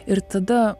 ir tada